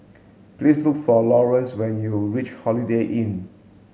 please look for Lawrence when you reach Holiday Inn